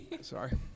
Sorry